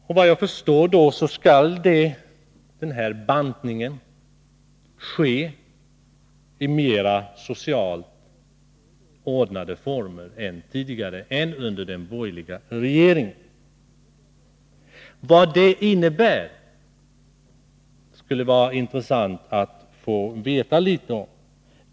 Såvitt jag förstår skall bantningen ske i socialt mera ordnade former än som varit fallet tidigare under den borgerliga regeringen. Det skulle vara intressant att få veta litet om vad det innebär.